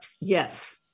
Yes